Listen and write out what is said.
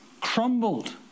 crumbled